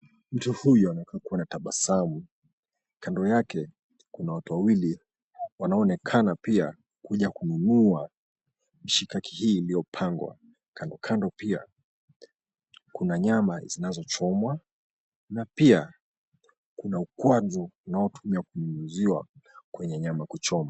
Mtu huyu anakaa kuwa na tabasamu, kando yake kuna watu wawili wanaonekana pia kuja kununua mishikaki hii iliyopangwa. Kando kando pia kuna nyama zinazochomwa na pia kuna ukwaju unaotumia kuuziwa kwenye nyama kuchoma.